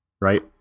right